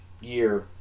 year